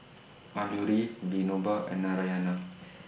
Alluri Vinoba and Narayana